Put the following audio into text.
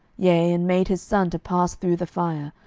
yea, and made his son to pass through the fire,